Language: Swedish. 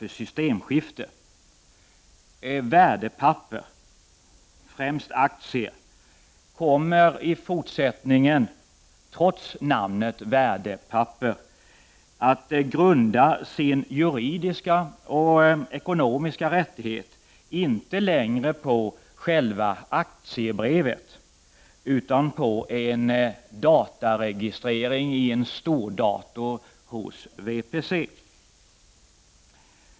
När det gäller värdepapper, främst aktier, kommer trots namnet de juridiska och ekonomiska rättigheterna i fortsättningen inte längre att grunda sig på själva aktiebrevet utan på en dataregistrering i en stordator hos VPC.